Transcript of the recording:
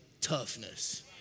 toughness